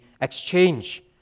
exchange